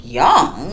young